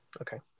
Okay